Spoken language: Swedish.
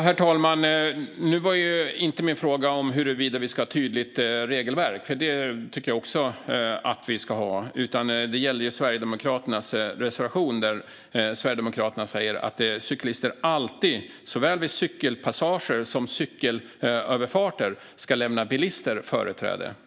Herr talman! Nu handlade ju inte min fråga om huruvida vi ska ha ett tydligt regelverk, för det tycker jag också att vi ska ha. Den gällde Sverigedemokraternas reservation, där ni säger att cyklister alltid, vid såväl cykelpassager som cykelöverfarter, ska lämna bilister företräde.